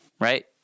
right